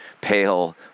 pale